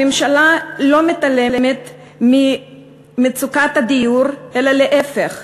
הממשלה לא מתעלמת ממצוקת הדיור, אלא להפך,